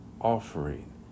offering